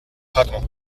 craquement